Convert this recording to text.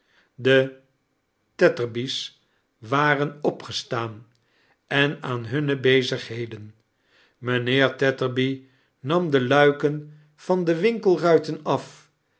de tetterby's waren opgestaan en aan hunne bezigheden mijnheer tetterby nam de luiken van de winkelruiten af